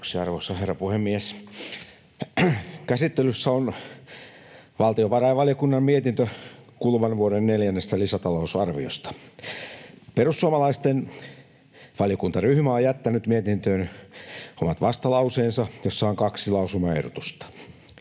arvoisa herra puhemies! Käsittelyssä on valtiovarainvaliokunnan mietintö kuluvan vuoden neljännestä lisätalousarviosta. Perussuomalaisten valiokuntaryhmä on jättänyt mietintöön omat vastalauseensa, jossa on kaksi lausumaehdotusta.